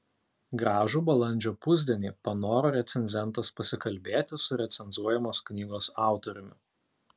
gražų balandžio pusdienį panoro recenzentas pasikalbėti su recenzuojamos knygos autoriumi